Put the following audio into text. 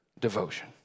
devotion